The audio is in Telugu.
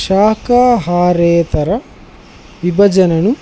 శాకాహారేతర విభజనను